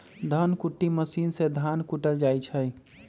धन कुट्टी मशीन से धान कुटल जाइ छइ